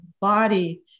body